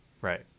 Right